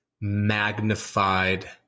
magnified